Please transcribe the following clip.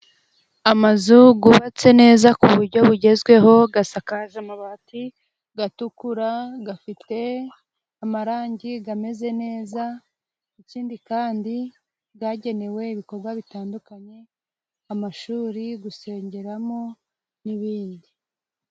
Amazu gubatse neza ku buryo bugezweho, gasakaje amabati gatukura, gafite amarangi gameze neza, ikindi kandi bwagenewe ibikorwa bitandukanye amashuri, gusengeramo n'ibindi.